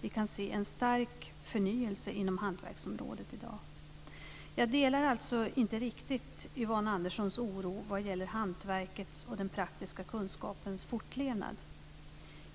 Vi kan se en stark förnyelse inom hantverksområdet i dag. Jag delar alltså inte riktigt Yvonne Anderssons oro vad gäller hantverkets och den praktiska kunskapens fortlevnad.